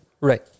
Right